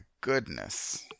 goodness